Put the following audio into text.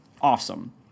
Awesome